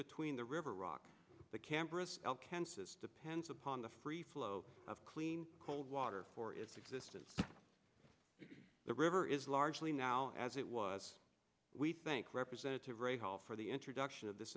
between the river rock the campus alcan says depends upon the free flow of clean cold water for its existence the river is largely now as it was we think representative ray hall for the introduction of this